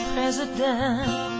President